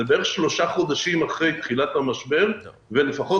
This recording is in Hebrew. זה בערך שלושה חודשים אחרי תחילת המשבר ולפחות